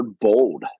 bold